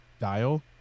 dial